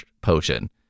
potion